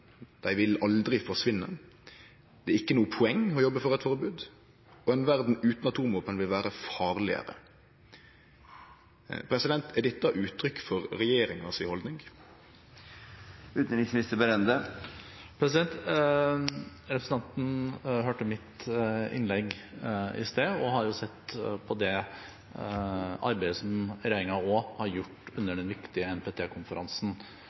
jobbe for eit forbod, og at ei verd utan atomvåpen vil vere farlegare. Er dette uttrykk for regjeringa si haldning? Representanten hørte mitt innlegg i sted og har sett på også det arbeidet som regjeringen har gjort